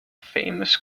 famous